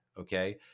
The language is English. Okay